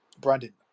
Brandon